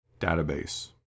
database